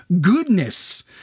goodness